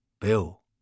Bill